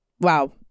wow